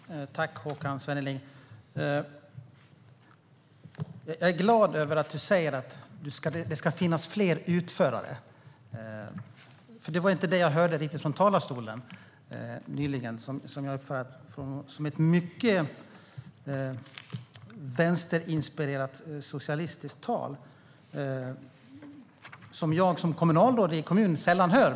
Herr talman! Tack, Håkan Svenneling! Jag är glad att du säger att det ska finnas fler utförare, för det var inte riktigt det jag hörde från talarstolen nyss och som jag uppfattade som ett mycket vänsterinspirerat, socialistiskt tal, vilket jag som kommunalråd i en kommun sällan hör.